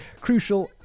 crucial